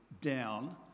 down